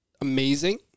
amazing